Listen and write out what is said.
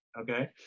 Okay